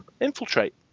Infiltrate